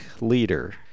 leader